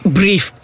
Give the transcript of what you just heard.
brief